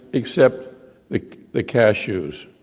except the cashews.